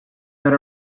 had